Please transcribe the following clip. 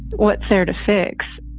what's there to fix?